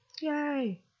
yay